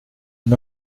une